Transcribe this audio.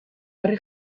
harri